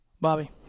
Bobby